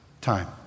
time